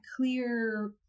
clear